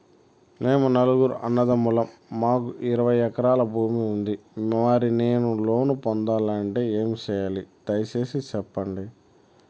మేము నలుగురు అన్నదమ్ములం మాకు ఇరవై ఎకరాల భూమి ఉంది, మరి నేను లోను పొందాలంటే ఏమి సెయ్యాలి? దయసేసి సెప్పండి?